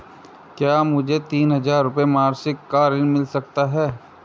क्या मुझे तीन हज़ार रूपये मासिक का ऋण मिल सकता है?